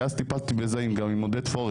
כי אז טפלתי בזה גם עם עודד פורר,